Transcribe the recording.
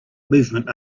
movement